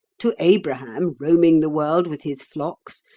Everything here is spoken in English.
to abraham, roaming the world with his flocks,